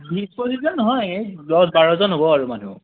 বিশ পঁচিছজন নহয় দহ বাৰজন হ'ব আৰু মানুহ